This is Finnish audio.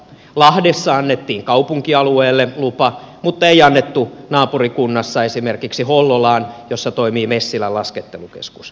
lahdessa annettiin kaupunkialueelle lupa mutta ei annettu naapurikunnassa esimerkiksi hollolaan jossa toimii messilän laskettelukeskus